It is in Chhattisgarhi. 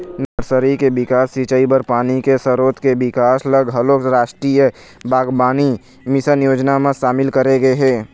नरसरी के बिकास, सिंचई बर पानी के सरोत के बिकास ल घलोक रास्टीय बागबानी मिसन योजना म सामिल करे गे हे